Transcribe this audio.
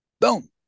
Boom